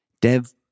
Dev